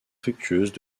fructueuse